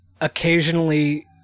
occasionally